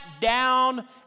down